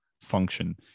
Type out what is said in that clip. function